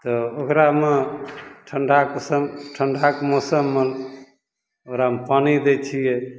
तऽ ओकरामे ठण्डाके सँ ठण्डाके मौसममे ओकरामे पानि दै छियै